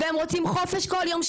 והם רוצים שעתיים חופש כל יום,